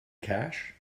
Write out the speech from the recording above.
cash